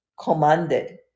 commanded